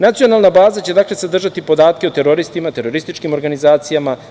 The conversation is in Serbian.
Nacionalna baza će sadržati podatke o teroristima, terorističkim organizacijama.